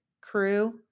crew